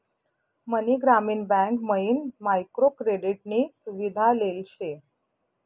मनी ग्रामीण बँक मयीन micro credit नी सुविधा लेल शे